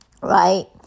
right